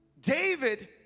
David